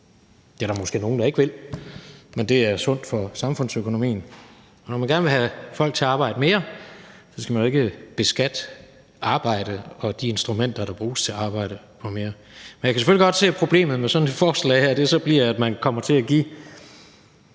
Det er der måske nogle der ikke vil, men det er sundt for samfundsøkonomien, og når man gerne vil have folk til at arbejde mere, skal man jo ikke beskatte arbejdet og de instrumenter, der bruges til arbejdet, mere. Men jeg kan selvfølgelig godt se, at problemet med sådan et forslag her er, at man kommer til at give